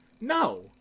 No